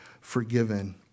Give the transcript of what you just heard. forgiven